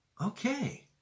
okay